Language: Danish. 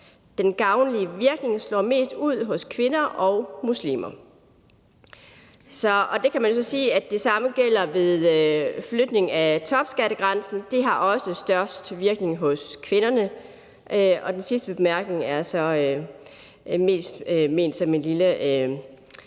Den gavnlige virkning slår mest igennem hos kvinder og muslimer. Det samme kan man jo så sige gælder ved flytning af topskattegrænsen. Det har også størst virkning hos kvinderne. Den sidste bemærkning er så mest ment som en